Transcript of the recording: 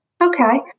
Okay